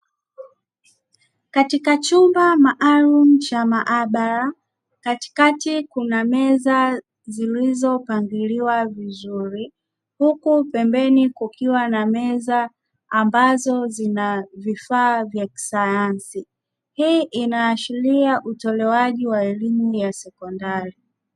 Katika chumba maalumu cha maabara, katikati kuna meza zilizopangiliwa vizuri huku pembeni kukiwa na meza ambazo zina vifaa vya kisayansi, hii inaashiria utolewaji wa elimu ya sekondari.